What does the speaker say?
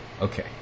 Okay